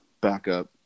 backup